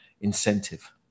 incentive